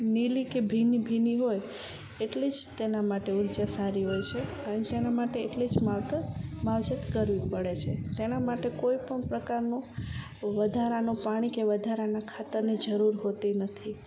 નીલી કે ભીની ભીની હોય એટલી જ તેના માટે ઊર્જા સારી હોય છે તેનાં માટે એટલી જ માવજત કરવી પડે છે તેનાં માટે કોઈ પણ પ્રકારનું વધારાનું પાણી કે વધારાનાં ખાતરની જરૂર હોતી નથી